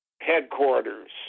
headquarters